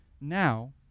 now